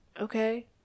Okay